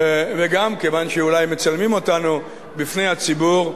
וגם כיוון שאולי מצלמים אותנו, בפני הציבור,